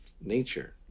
nature